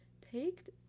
take